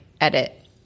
edit